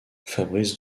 fabrice